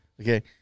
Okay